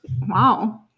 Wow